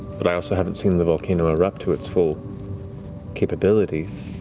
but i also haven't seen the volcano erupt to its full capabilities.